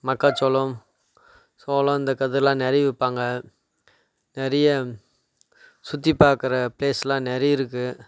மக்காசோளம் சோளம் இந்த கதிர்லாம் நிறைய விற்பாங்க நிறையா சுற்றி பாக்கிற பிலேஸ்லாம் நிறைய இருக்குது